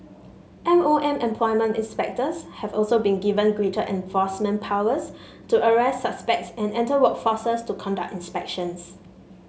M O M employment inspectors have also been given greater enforcement powers to arrest suspects and enter work to conduct inspections